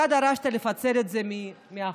אתה דרשת לפצל את זה מהחוק.